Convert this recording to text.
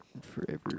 forever